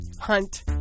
Hunt